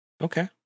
Okay